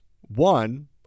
one